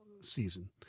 season